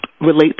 relate